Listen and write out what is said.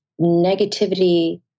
Negativity